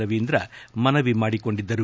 ರವೀಂದ್ರ ಮನವಿ ಮಾಡಿಕೊಂಡಿದ್ದರು